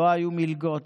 בזמנו לא היו מלגות,